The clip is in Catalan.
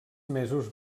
mesos